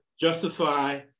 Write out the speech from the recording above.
justify